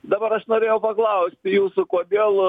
dabar aš norėjau paklaust jūsų kodėl